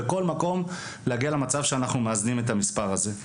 בכל מקום להגיע למצב שאנחנו מאזנים את המספר הזה.